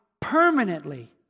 permanently